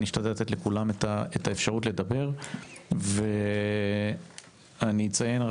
אני אשתדל לתת לכולם את האפשרות לדבר ואני אציין,